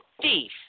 thief